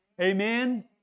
Amen